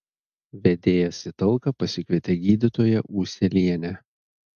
vedėjas į talką pasikvietė gydytoją ūselienę